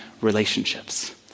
relationships